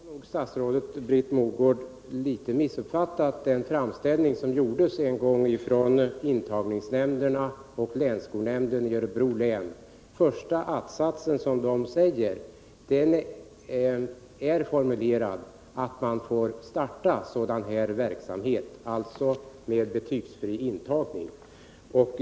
Herr talman! Statsrådet Britt Mogård har nog missuppfattat den framställning som gjordes en gång från intagningsnämnderna och länsskolnämnden i Örebro län. Den första att-satsen handlade om att man skulle få starta verksamhet med betygsfri intagning.